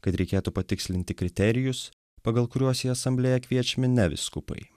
kad reikėtų patikslinti kriterijus pagal kuriuos į asamblėją kviečiami ne vyskupai